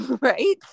Right